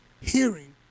Hearing